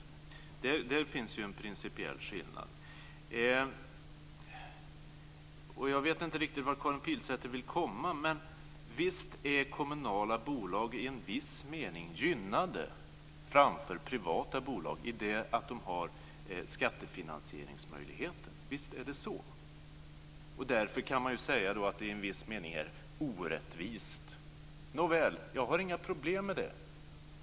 Där finns en principiell skillnad. Jag vet inte riktigt vart Karin Pilsäter vill komma, men visst är kommunala bolag i en viss mening gynnade framför privata bolag i det att de har skattefinansieringsmöjligheter. Därför kan man säga att det i viss mening är orättvist. Nåväl, jag har inga problem med det.